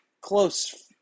close